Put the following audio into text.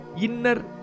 inner